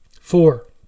Four